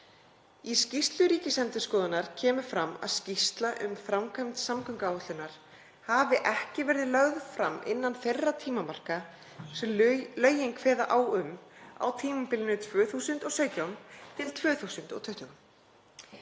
Í skýrslu Ríkisendurskoðunar kemur fram að skýrsla um framkvæmd samgönguáætlunar hafi ekki verið lögð fram innan þeirra tímamarka sem lögin kveða á um á tímabilinu 2017–2020.